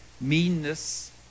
meanness